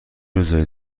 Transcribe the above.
روزایی